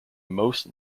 most